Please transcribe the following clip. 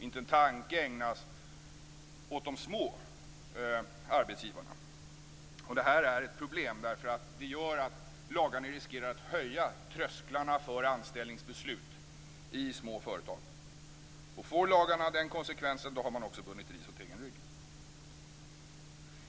Inte en tanke ägnas åt de små arbetsgivarna. Det här är ett problem, för det gör att lagarna riskerar att höja trösklarna för anställningsbeslut i små företag. Får lagarna den konsekvensen har man också bundit ris åt egen rygg.